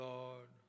Lord